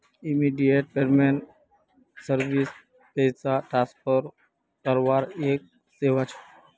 immediate payment service पैसा transfer करवार एक सेवा छ